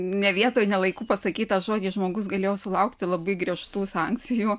ne vietoj ne laiku pasakytą žodį žmogus galėjo sulaukti labai griežtų sankcijų